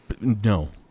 No